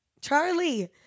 Charlie